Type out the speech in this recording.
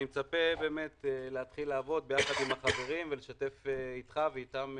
אני מצפה לעבוד עם החברים ולשתף אתך ואתם פעולה.